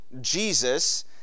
Jesus